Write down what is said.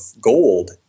gold